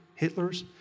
Hitlers